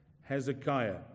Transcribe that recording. Hezekiah